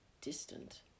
distant